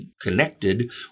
connected